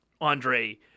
Andre